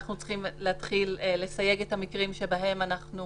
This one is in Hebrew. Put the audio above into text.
ואנחנו צריכים להתחיל לסייג את המקרים שבהם אנחנו